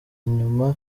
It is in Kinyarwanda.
inyuma